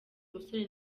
umusore